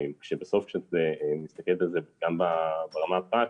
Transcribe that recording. בסוף כשמתסכלים על זה גם ברמה הפרקטית,